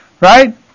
right